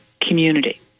community